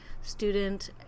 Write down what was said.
student